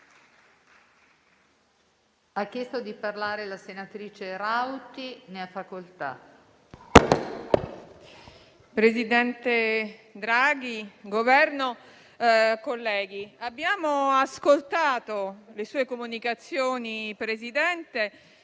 presidente Draghi, signori del Governo, colleghi, abbiamo ascoltato le sue comunicazioni, presidente